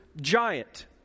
giant